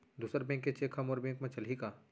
दूसर बैंक के चेक ह मोर बैंक म चलही का?